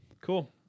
Cool